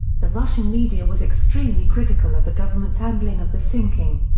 the russian media was extremely critical of the government's handling of the sinking.